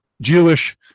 Jewish